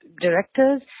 directors